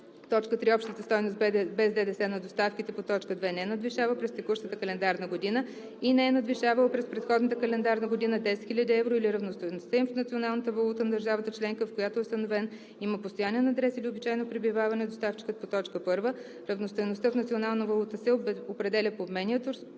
членка; 3. общата стойност без ДДС на доставките по т. 2 не надвишава през текущата календарна година и не е надвишавала през предходната календарна година 10 000 евро или равностойността им в националната валута на държавата членка, в която е установен, има постоянен адрес или обичайно пребиваване доставчикът по т. 1; равностойността в национална валута се определя по обменния курс,